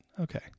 Okay